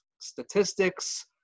statistics